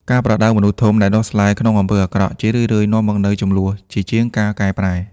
ការប្រដៅមនុស្សធំដែលដុះស្លែក្នុងអំពើអាក្រក់ ជារឿយៗនាំមកនូវជម្លោះជាជាងការកែប្រែ។